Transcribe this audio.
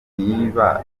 niba